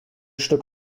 stück